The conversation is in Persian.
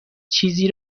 چیزی